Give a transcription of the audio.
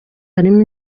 harimo